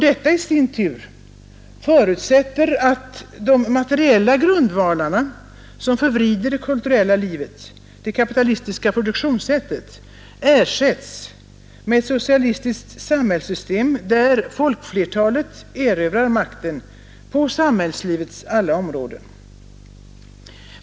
Detta i sin tur förutsätter att de materiella grundvalarna, som förvrider det kulturella livet — det kapitalistiska produktionssättet — ersätts med ett socialistiskt samhällssystem, där folkflertalet erövrar makten på samhällslivets alla områden.